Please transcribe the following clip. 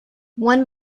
one